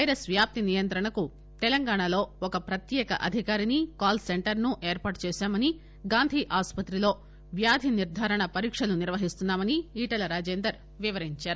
virus వ్యాప్తి నియంత్రణకు తెలంగాణాలో ఒక ప్రత్యేక అధికారిని కాల్ సెంటర్ ను ఏర్పాటు చేశామని గాంధీ ఆసుపత్రిలో వ్యాధి నిర్దారణ పరీక్షలు నిర్వహిస్తున్నామని ఈటల రాజేందర్ వివరించారు